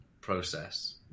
process